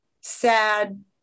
sad